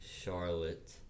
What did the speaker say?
Charlotte